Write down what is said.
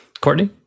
Courtney